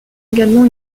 également